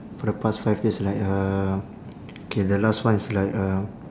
for the past five years like uh K the last one is like uh